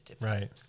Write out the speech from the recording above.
Right